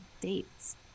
dates